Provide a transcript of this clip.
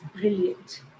brilliant